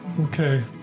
Okay